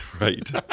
Right